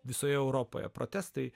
visoje europoje protestai